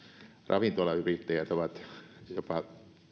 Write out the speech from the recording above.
ravintolayrittäjät ovat jopa